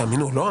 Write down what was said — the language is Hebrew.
תאמינו או לא,